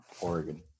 Oregon